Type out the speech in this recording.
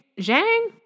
Zhang